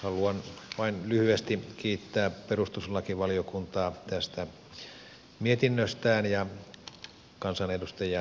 haluan vain lyhyesti kiittää perustuslakivaliokuntaa tästä mietinnöstään ja kansanedustajia täällä käytetyistä puheenvuoroista